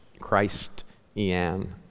Christ-ian